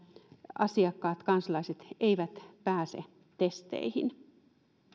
asiakkaat kansalaiset eivät pääse testeihin